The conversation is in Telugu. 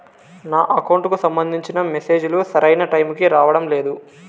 నా అకౌంట్ కు సంబంధించిన మెసేజ్ లు సరైన టైము కి రావడం లేదు